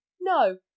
No